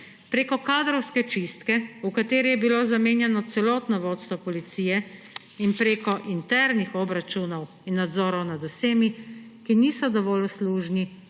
Preko kadrovske čistke, v kateri je bilo zamenjano celotno vodstvo Policije, in preko internih obračunov in nadzorov nad vsemi, ki niso dovolj uslužni